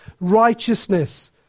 righteousness